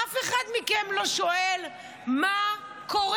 אף אחד מכם לא שואל מה קורה,